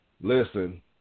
Listen